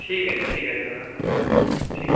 ঠিক আছে ঠিক আছে দাদা ঠিক আছে